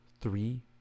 three